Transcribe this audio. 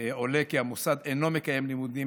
עולה כי המוסד אינו מקיים לימודים